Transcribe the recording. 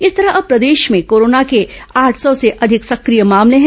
इस तरह अब प्रदेश में कोरोना के आठ सौ से अधिक सक्रिय मामले हैं